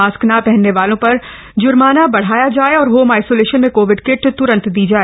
mask न पहनने वालों पर ज़र्माना बढ़ाया जाए और होम आइसोलेशन में कोविड किट त्रंत दी जाए